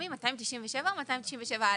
או כמחוסר פרנסה"